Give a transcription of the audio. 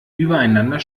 übereinander